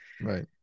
Right